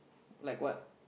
like what